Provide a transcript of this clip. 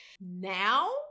Now